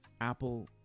Apple